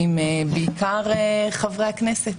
בעיקר עם חברי הכנסת,